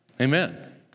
Amen